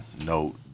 note